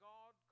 God